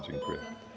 Dziękuję.